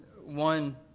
One